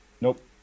nope